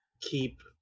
keep